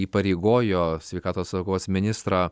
įpareigojo sveikatos saugos ministrą